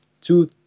two